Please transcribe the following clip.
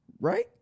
Right